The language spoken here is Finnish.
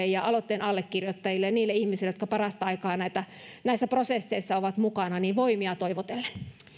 ja aloitteen allekirjoittajille ja niille ihmisille jotka parasta aikaa näissä prosesseissa ovat mukana voimia toivotellen